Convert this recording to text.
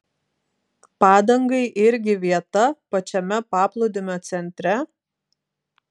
padangai irgi vieta pačiame paplūdimio centre